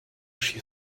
she